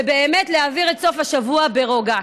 ובאמת להעביר את סוף השבוע ברוגע.